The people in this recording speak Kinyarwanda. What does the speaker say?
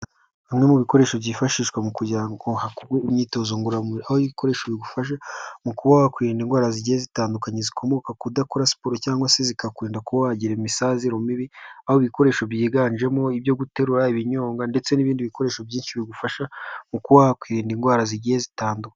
Bimwe mu bikoresho byifashishwa mu kugira ngo hakorwe imyitozo ngororamubiri, aho ibi bikoresho bigufasha mukuba wakirinda indwara zigiye zitandukanye zikomoka kudakora siporo cyangwase zikakurinda kuba wagira imisazire mibi, aho ibi bikoresho byiganjemo ibyo guterura, ibinyongwa ndetse n'ibindi bikoresho byinshi bigufasha mukuba wakirinda indwara zigiye zitandu....